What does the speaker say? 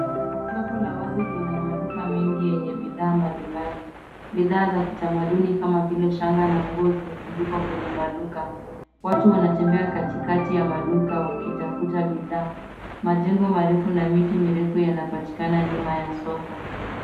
Soko la wazi lina maduka mengi yenye bidhaa mbali mbali. Bidhaa za kitamaduni kama vile shanga na nguo zimetundikwa kwenye maduka. Watu wanatembea kati kati ya maduka waki tafuta bidhaa. Majengo marefu na miti mirefu yanapatikana nyuma ya soko.